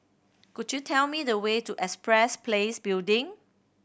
could you tell me the way to Empress Place Building